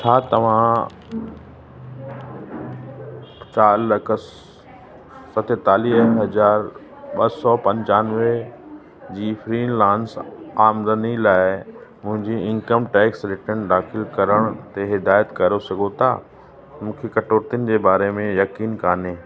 छा तव्हां चारि लख स सतेतालीह हज़ार ॿ सौ पंजानवे जी फ्रीलांस आमदनी लाइ मुंहिंजी इनकम टैक्स रिटर्न दाख़िलु करण ते हिदायत करो सघो था मूंखे कटौतियुनि जे बारे में यकीन कोन्हे